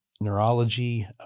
neurology